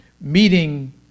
meeting